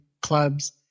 clubs